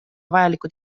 vajalikud